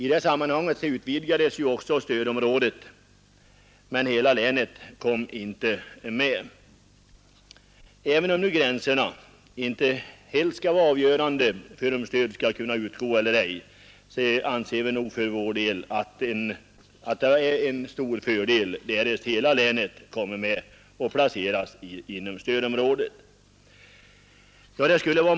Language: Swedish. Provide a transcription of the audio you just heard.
I det sammanhanget utvidgades också stödområdet, men hela länet kom inte med. Även om gränserna inte skall vara helt avgörande för frågan huruvida stöd skall kunna utgå eller inte anser vi för vår del att det är en stor fördel om hela länet blir inräknat i stödområdet.